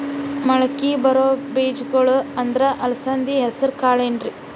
ಮಳಕಿ ಬರೋ ಬೇಜಗೊಳ್ ಅಂದ್ರ ಅಲಸಂಧಿ, ಹೆಸರ್ ಕಾಳ್ ಏನ್ರಿ?